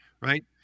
right